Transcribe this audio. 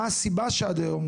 מה הסיבה שעד היום,